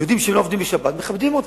יהודים שלא עובדים בשבת מכבדים אותם,